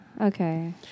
Okay